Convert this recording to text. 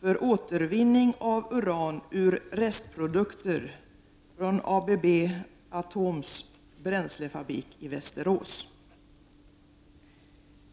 för återvinning av uran ur restprodukter från ABB Atoms bränslefabrik i Västerås.